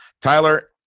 Tyler